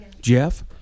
Jeff